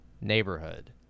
neighborhood